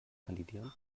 kandidieren